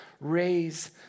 raise